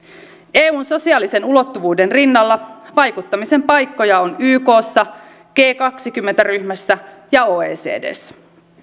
eun sosiaalisen ulottuvuuden rinnalla vaikuttamisen paikkoja on ykssa g kaksikymmentä ryhmässä ja oecdssä